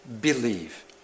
believe